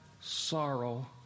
sorrow